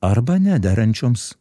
arba nederančiomis